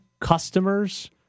customers